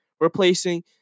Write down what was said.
replacing